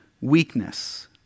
weakness